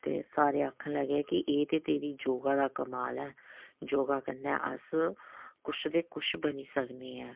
ते सारे आखन लग्गे कि एह् ते तेरी योगा दा कमाल ऐ योगा कन्नै अस कुछ दे कुछ बनी सकने ऐं